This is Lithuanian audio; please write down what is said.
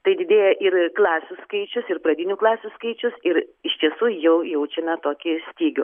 tai didėja ir klasių skaičius ir pradinių klasių skaičius ir iš tiesų jau jaučiame tokį stygių